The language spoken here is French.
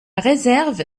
réserve